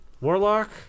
Warlock